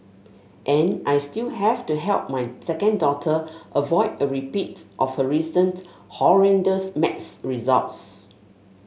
and I still have to help my second daughter avoid a repeat of her recent horrendous maths results